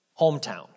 hometown